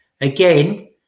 again